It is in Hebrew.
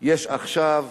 יש עכשיו